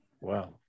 wow